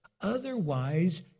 Otherwise